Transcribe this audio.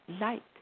light